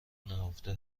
نهفته